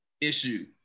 issue